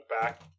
back